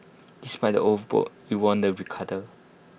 despite the old boat we won the regatta